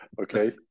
Okay